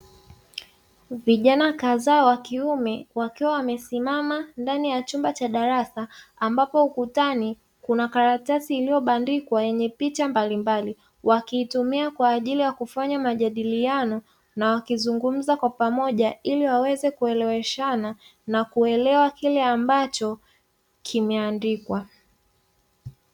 Vijana kadhaa wa kiume wakiwa wamesimama ndani ya chumba cha darasa ambapo ukutani kuna karatasi iliyobandikwa yenye picha mbalimbali, wakiitumia kwa ajili ya kufanya majadiliano na wakizungumza kwa pamoja ili waweze kueleweshana na kuelewa kile ambacho kimeandikwa.